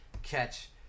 catch